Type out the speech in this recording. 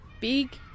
big